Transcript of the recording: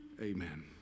Amen